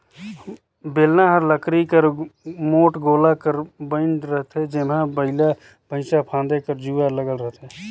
बेलना हर लकरी कर मोट गोला कर बइन रहथे जेम्हा बइला भइसा फादे कर जुवा लगल रहथे